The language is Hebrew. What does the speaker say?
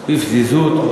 בפזיזות.